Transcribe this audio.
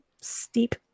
Steep